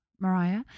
Mariah